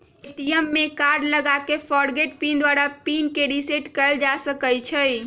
ATM में card लगा कऽ फ़ॉरगोट पिन द्वारा पिन के रिसेट कएल जा सकै छै